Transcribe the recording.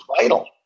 vital